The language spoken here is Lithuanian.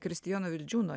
kristijono vildžiūno